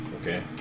Okay